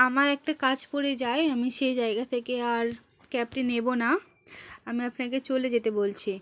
আমার একটা কাজ পড়ে যায় আমি সেই জায়গা থেকে আর ক্যাবটি নেবো না আমি আপনাকে চলে যেতে বলছি